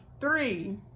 three